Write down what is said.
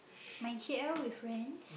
my K_L with friends